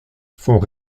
font